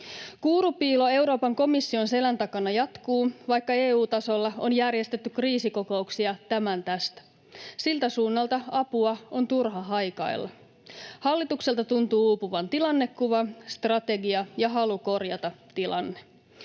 Kuurupiilo Euroopan komission selän takana jatkuu, vaikka EU-tasolla on järjestetty kriisikokouksia tämän tästä. Siltä suunnalta apua on turha haikailla. Hallitukselta tuntuu uupuvan tilannekuva, strategia ja halu korjata tilanne.